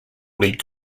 league